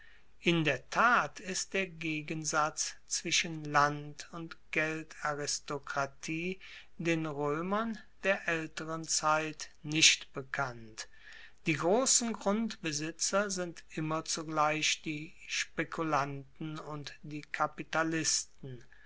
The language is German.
in der tat ist der gegensatz zwischen land und geldaristokratie den roemern der aelteren zeit nicht bekannt die grossen grundbesitzer sind immer zugleich die spekulanten und die kapitalisten